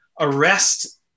arrest